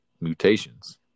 mutations